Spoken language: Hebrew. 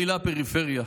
לפריפריה.